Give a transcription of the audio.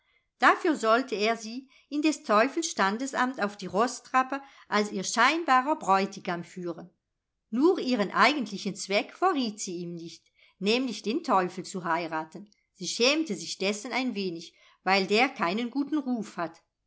dafür sollte er sie in des teufels standesamt auf die roßtrappe als ihr scheinbarer bräutigam führen nur ihren eigentlichen zweck verriet sie ihm nicht nämlich den teufel zu heiraten sie schämte sich dessen ein wenig weil der keinen guten ruf hat